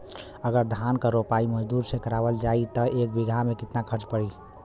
अगर धान क रोपाई मजदूर से करावल जाई त एक बिघा में कितना खर्च पड़ी?